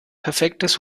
perfektes